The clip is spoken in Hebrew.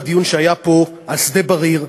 בדיון שהיה פה על שדה-בריר,